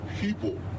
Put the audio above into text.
people